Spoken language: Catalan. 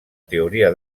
teoria